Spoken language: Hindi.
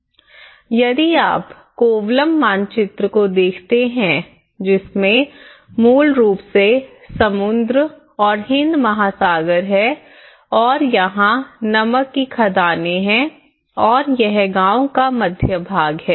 यदि आप कोवलम मानचित्र को देखते हैं जिसमें मूल रूप से समुद्र और हिंद महासागर है और यहां नमक की खदानें हैं और यह गांव का मध्य भाग है